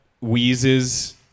wheezes